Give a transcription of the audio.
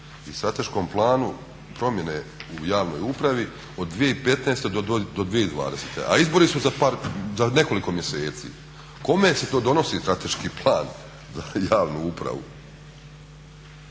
i strateškom planu promjene u javnoj upravi od 2015. do 2020., a izbori su za nekoliko mjeseci. Kome se to donosi strateški plan za javnu upravu?